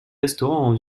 restaurants